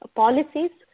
policies